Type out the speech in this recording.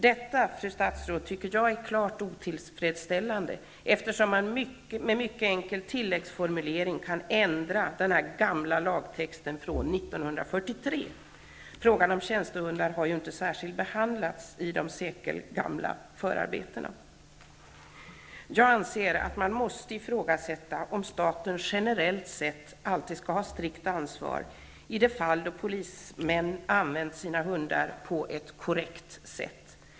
Detta, fru statsråd, tycker jag är klart otillfredsställande, eftersom man med en mycket enkel tillläggsformulering kan ändra den gamla lagtexten från 1943. Frågan om tjänstehundar har ju inte särskilt behandlats i de sekelgamla förarbetena. Jag anser att man måste ifrågasätta, om staten generellt sett alltid skall ha strikt ansvar i de fall då polismän använt sina hundar på ett korrekt sätt.